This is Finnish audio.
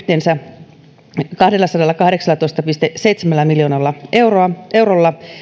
tuetaan yhteensä kahdellasadallakahdeksallatoista pilkku seitsemällä miljoonalla eurolla